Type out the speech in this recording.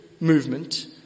movement